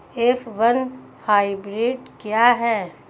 F one hybrid क्या है?